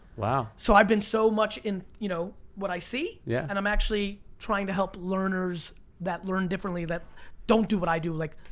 wow. so i've been so much in, you know, what i see, yeah and i'm actually trying to help learners that learn differently, that don't do what i do, like,